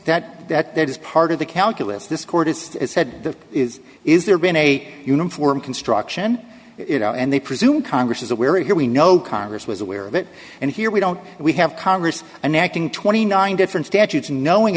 that that that is part of the calculus this court it's had the is is there been a uniform construction you know and they presume congress is that we're here we know congress was aware of it and here we don't we have congress and acting twenty nine different statutes knowing